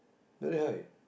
very high